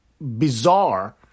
bizarre